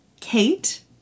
Kate